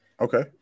Okay